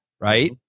Right